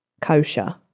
kosher